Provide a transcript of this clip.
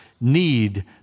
need